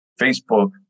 Facebook